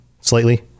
slightly